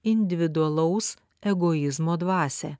individualaus egoizmo dvasią